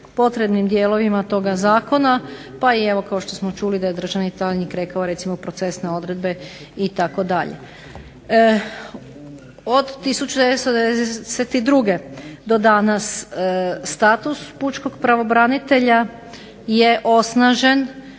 potrebnim dijelovima toga Zakona, pa evo kao što je državni tajnik rekao procesne odredbe itd. Od 1992. do danas status pučkog pravobranitelja je osnažen